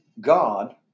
God